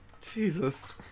Jesus